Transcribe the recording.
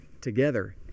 together